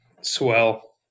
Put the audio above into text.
Swell